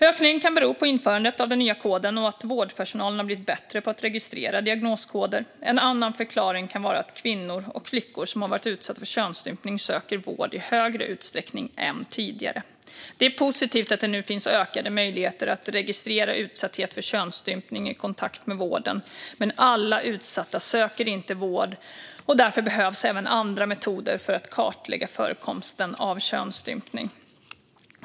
Ökningen kan bero på införandet av den nya koden och att vårdpersonalen har blivit bättre på att registrera diagnoskoder. En annan förklaring kan vara att kvinnor och flickor som har varit utsatta för könsstympning söker vård i större utsträckning än tidigare. Det är positivt att det nu finns ökade möjligheter att registrera utsatthet för könsstympning i kontakt med vården, men alla utsatta söker inte vård. Därför behövs även andra metoder för att kartlägga förekomsten av könsstympning.